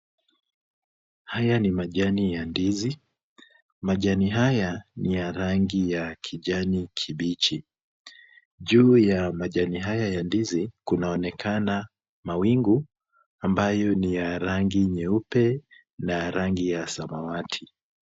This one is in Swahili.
Haya ni majani ya ndizi. Majani haya ni ya rangi ya kijani kibichi. Juu ya majani haya ya ndizi kunaonekana mawingu ambayo ni ya rangi nyeupe na ya rangi ya samawati.